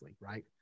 right